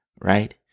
right